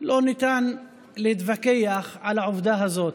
לא ניתן להתווכח על העובדה הזאת.